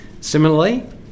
Similarly